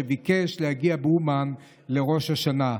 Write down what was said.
שביקש להגיע לאומן בראש השנה.